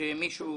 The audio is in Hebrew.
שמישהו